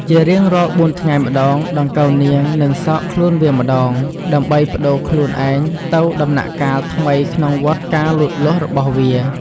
ជារៀងរាល់បួនថ្ងៃម្តង ដង្កូវនាងនឹងសកខ្លួនវាម្ដង ដើម្បីប្ដូរខ្លួនឯងទៅដំណាក់កាលថ្មីក្នុងវដ្តការលូតលាស់របស់វា។